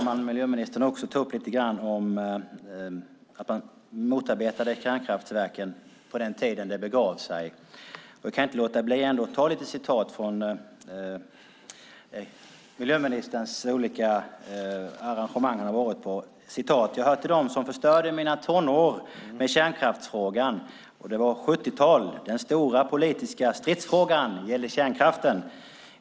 Miljöministern tog också upp att hans parti motarbetade kärnkraftverken på den tid det begav sig. Jag kan inte låta bli att citera lite från ett arrangemang som miljöministern har varit på: "Jag hör till dem som förstörde mina tonår med kärnkraftsfrågan. Det var 70-tal, den stora politiska stridsfrågan gällde kärnkraften.